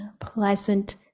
pleasant